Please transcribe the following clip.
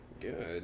Good